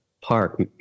park